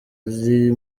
uri